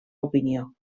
opinió